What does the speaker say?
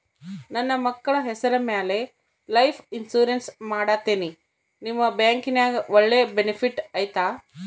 ನನ್ನ ಮಕ್ಕಳ ಹೆಸರ ಮ್ಯಾಲೆ ಲೈಫ್ ಇನ್ಸೂರೆನ್ಸ್ ಮಾಡತೇನಿ ನಿಮ್ಮ ಬ್ಯಾಂಕಿನ್ಯಾಗ ಒಳ್ಳೆ ಬೆನಿಫಿಟ್ ಐತಾ?